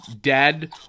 dead